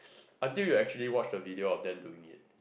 until you actually watch the video of them doing it